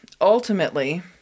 ultimately